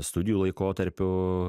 studijų laikotarpiu